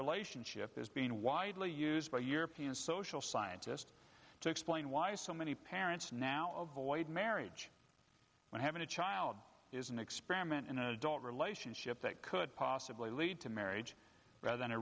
relationship is being widely used by european social scientists to explain why so many parents now marriage when having a child is an experiment in a relationship that could possibly lead to marriage rather than a